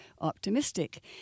optimistic